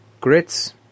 Grits